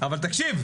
אבל תקשיב.